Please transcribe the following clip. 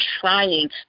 trying